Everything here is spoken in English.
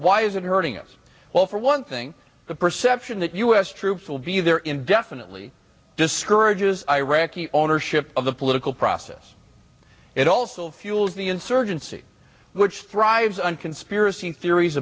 why is it hurting us well for one thing the perception that u s true will be there indefinitely discourages iraqi ownership of the political process it also fuels the insurgency which thrives on conspiracy theories